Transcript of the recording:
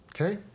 Okay